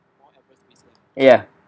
ya